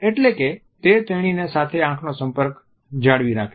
એટલે કે તે તેણીની સાથે આંખનો સંપર્ક જાળવી રાખે છે